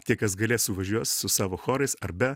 tie kas galės suvažiuos su savo chorais ar be